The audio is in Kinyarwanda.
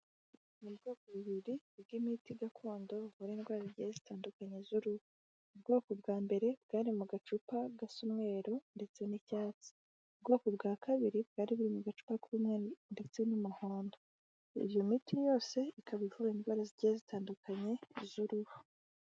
Ni bwo bubiri bw'imiti gakondo buvura indwara zigiye zitandukanye z'uruhu, ubwoko bwa mbere bwari mu gacupa gasa umweru ndetse n'icyatsi, ubwoko bwa kabiri bwari buri mu gacupa k'umweru ndetse n'umuhondo, iyo miti yose ikaba ivura indwara zigiye zitandukanye z'uruhu.